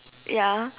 ya